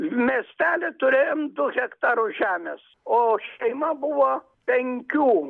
miestelio turėjom du hektarus žemės o šeima buvo penkių